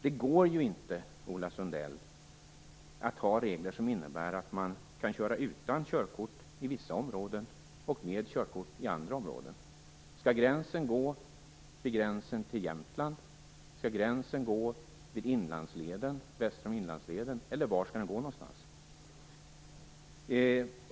Det går inte, Ola Sundell, att ha regler som innebär att man kan köra utan körkort i vissa områden och med körkort i andra områden. Skall gränsen gå vid gränsen till Jämtland eller väster om Inlandsleden? Var skall den gå?